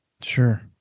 Sure